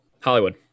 Hollywood